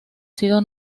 sido